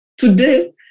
Today